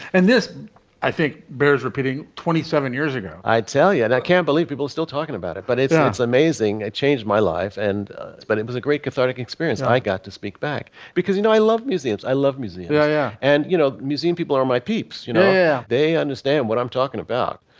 and this i think bears repeating. twenty seven years ago i tell you and i can't believe people are still talking about it but it sounds amazing. it changed my life. and but it was a great cathartic experience. i got to speak back because you know i love museums. i love music. yeah. yeah and you know museum people are my peeps you know. yeah they understand what i'm talking about.